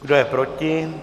Kdo je proti?